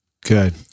Good